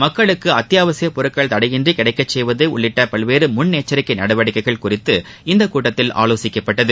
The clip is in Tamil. மக்களுக்கு அத்தியாவசியப் பொருட்கள் தடையின்றி கிடைக்கச் செய்வது உள்ளிட்ட பல்வேறு முன்னெச்சரிக்கை நடவடிக்கைகள் குறித்து இந்தக் கூட்டத்தில் ஆலோசிக்கப்பட்டது